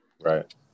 Right